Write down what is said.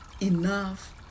enough